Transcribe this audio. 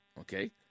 okay